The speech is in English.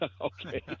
okay